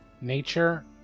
Nature